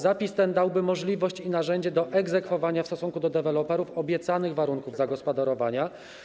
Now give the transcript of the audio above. Zapis ten dałby możliwość i narzędzie do egzekwowania w stosunku do deweloperów obiecanych warunków zagospodarowania.